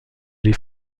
les